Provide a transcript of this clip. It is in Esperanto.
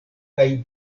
kaj